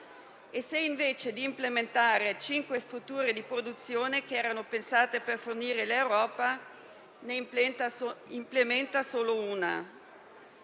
o se, invece di implementare cinque strutture di produzione che erano pensate per fornire l'Europa, ne implementa solo una.